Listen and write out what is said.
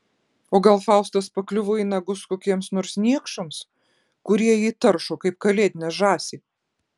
o gal faustas pakliuvo į nagus kokiems nors niekšams kurie jį taršo kaip kalėdinę žąsį